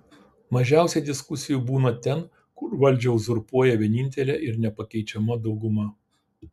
mažiausiai diskusijų būna ten kur valdžią uzurpuoja vienintelė ir nepakeičiama dauguma